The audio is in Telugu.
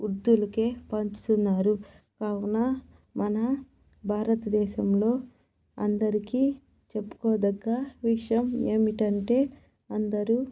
వృద్ధులకే పంచుతున్నారు కావున మన భారతదేశంలో అందరికీ చెప్పుకోదగ్గ విషయం ఏమిటంటే అందరూ